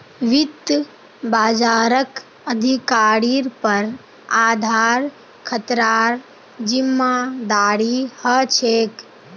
वित्त बाजारक अधिकारिर पर आधार खतरार जिम्मादारी ह छेक